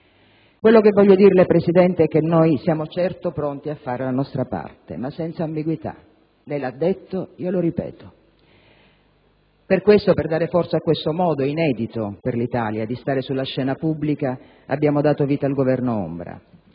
Quello che voglio dirle, Presidente, è che noi siamo certo pronti a fare la nostra parte, ma senza ambiguità: lei lo ha detto, io lo ripeto. Per questo, per dare forza a questo modo inedito per l'Italia di stare sulla scena pubblica, abbiamo dato vita al governo ombra.